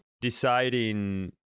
deciding